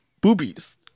boobies